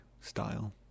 style